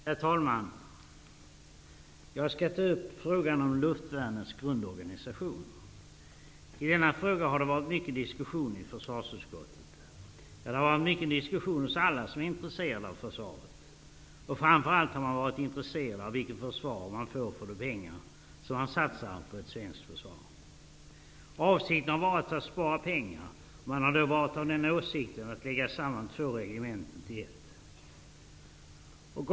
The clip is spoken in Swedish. Herr talman! Jag skall ta upp frågan om luftvärnets grundorganisation. I denna fråga har det varit mycket diskussion i försvarsutskottet. Ja, det har varit mycket diskussion hos alla som är intresserade av försvaret. Framför allt har man varit intresserad av vilket försvar man får för de pengar som satsas på ett svenskt försvar. Avsikten har varit att spara pengar. Man har då varit av den åsikten att två regementen skall läggas samman till ett.